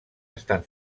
estan